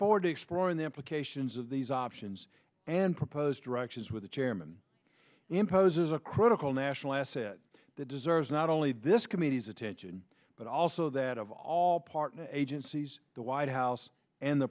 forward to exploring the implications of these options and propose directions with the chairman imposes a critical national asset that deserves not only this committee's attention but also that of all partner agencies the white house and the